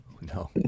No